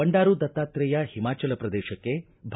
ಬಂಡಾರು ದತ್ತಾತ್ರೇಯ ಒಮಾಚಲ ಪ್ರದೇಶಕ್ಷೆ